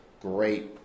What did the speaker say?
Great